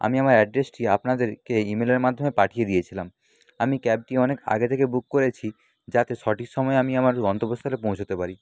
আমি আমার অ্যাড্রেসটি আপনাদেরকে ইমেলের মাধ্যমে পাঠিয়ে দিয়েছিলাম আমি ক্যাবটি অনেক আগে থেকে বুক করেছি যাতে সঠিক সময়ে আমি আমার গন্তব্যস্থলে পৌঁছোতে পারি